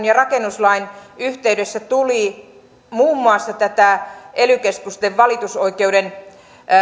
ja rakennuslain yhteydessä tuli muun muassa tätä ely keskusten valitusoikeuden